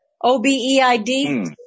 O-B-E-I-D